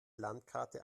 landkarte